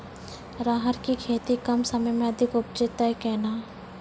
राहर की खेती कम समय मे अधिक उपजे तय केना?